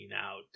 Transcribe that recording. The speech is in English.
out